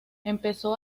empezó